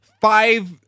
five